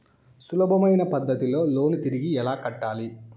సులభమైన పద్ధతిలో లోను తిరిగి ఎలా కట్టాలి